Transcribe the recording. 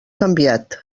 canviat